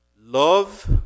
Love